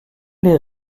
les